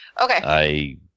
Okay